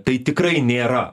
tai tikrai nėra